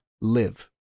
live